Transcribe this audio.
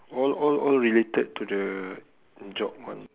all all all related to the job one